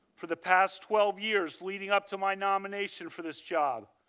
for the past twelve years, leading up to my nomination for this job,